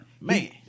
Man